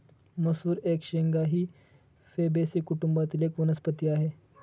मसूर एक शेंगा ही फेबेसी कुटुंबातील एक वनस्पती आहे